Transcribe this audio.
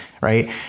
right